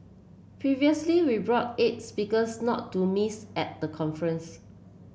previously we brought its because not to miss at the conference